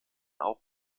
auch